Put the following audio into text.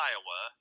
Iowa